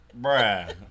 bruh